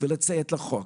ולציית לחוק?